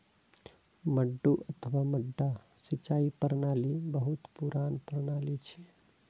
मड्डू अथवा मड्डा सिंचाइ प्रणाली बहुत पुरान प्रणाली छियै